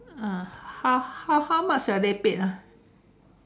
ah how how how much are they paid ah